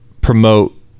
promote